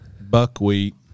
buckwheat